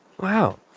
Wow